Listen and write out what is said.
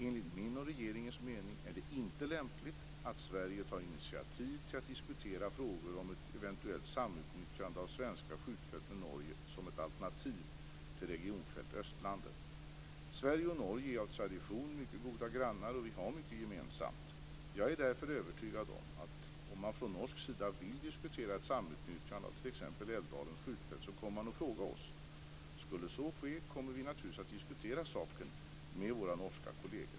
Enligt min och regeringens mening är det inte lämpligt att Sverige tar initiativ till att diskutera frågor om ett eventuellt samutnyttjande av svenska skjutfält med Norge som ett alternativ till regionfält Sverige och Norge är av tradition mycket goda grannar och vi har mycket gemensamt. Jag är därför övertygad om att om man från norsk sida vill diskutera ett samutnyttjande av t.ex. Älvdalens skjutfält så kommer man att fråga oss. Skulle så ske kommer vi naturligtvis att diskutera saken med våra norska kolleger.